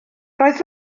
roedd